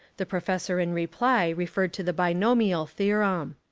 the professor in re ply referred to the binomial theorem.